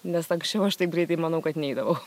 nes anksčiau aš taip greitai manau kad neidavau